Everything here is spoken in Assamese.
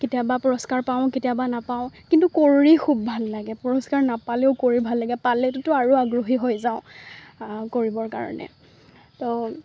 কেতিয়াবা পুৰস্কাৰ পাওঁ কেতিয়াবা নাপাওঁ কিন্তু কৰি খুব ভাল লাগে পুৰস্কাৰ নাপালেও কৰি ভাল লাগে পালেটোতো আৰু আগ্ৰহী হৈ যাওঁ কৰিবৰ কাৰণে তো